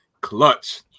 clutch